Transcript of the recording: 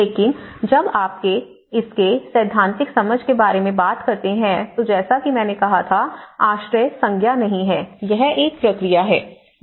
लेकिन जब आप इसके सैद्धांतिक समझ के बारे में बात करते हैं तो जैसा कि मैंने कहा था आश्रय संज्ञा नहीं हैं यह एक प्रक्रिया है